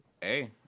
Hey